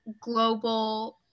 global